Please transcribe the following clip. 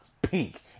pink